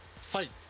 fight